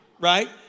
right